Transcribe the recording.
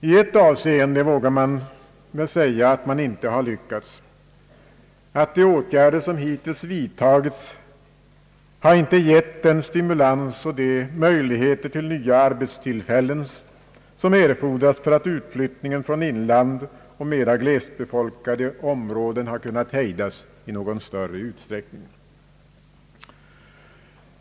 I ett avseende vågar man väl säga att man inte har lyckats: de åtgärder som hittills vidtagits har icke gett den stimulans och de möjligheter till nya arbetstillfällen som erfordras för att utflyttningen från inland och mera glesbefolkade områden kunnat hejdas i någon större utsträckning.